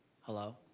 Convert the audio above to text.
Hello